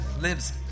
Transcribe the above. lives